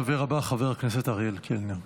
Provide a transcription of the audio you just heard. הדובר הבא, חבר הכנסת אריאל קלנר.